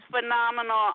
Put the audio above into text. phenomenal